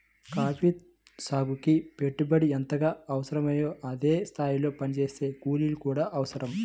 coffee సాగుకి పెట్టుబడి ఎంతగా అవసరమో అదే స్థాయిలో పనిచేసే కూలీలు కూడా అవసరం